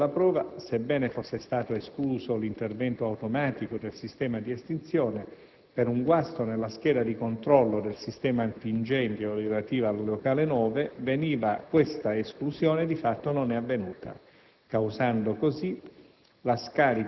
Nel corso della prova, sebbene fosse stato escluso l'intervento automatico del sistema di estinzione, per un guasto nella scheda di controllo del sistema antincendio relativo al locale 9 questa esclusione di fatto non è avvenuta causando così